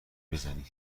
بزنی